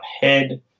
head